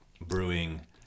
brewing